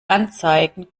anzeigen